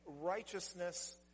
righteousness